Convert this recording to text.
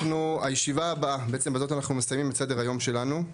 בזאת אנחנו מסיימים את סדר היום שלנו.